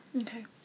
Okay